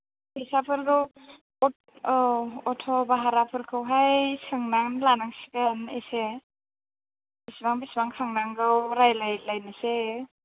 फैसाफोरखौ औ अट' भाराफोरखौहाय सोंनानै लानांसिगोन एसे बिसिबां बिसिबां खांनांगौ रायज्लायलायनोसै